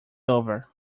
over